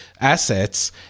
assets